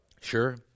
Sure